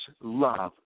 love